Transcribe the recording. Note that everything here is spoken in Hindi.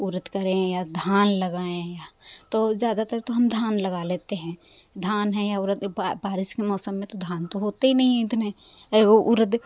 उरद करें या धान लगाएं तो ज़्यादातर तो हम धान लगा लेते हैं धान हैं या उरद बा बारिश के मौसम में तो धान तो होते ही नहीं हैं इतने अये वो उरद